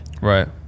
Right